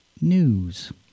news